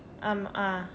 um ah